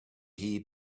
heed